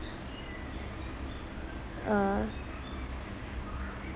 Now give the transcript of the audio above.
uh